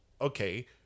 okay